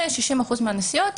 ו-60% מהנסיעות,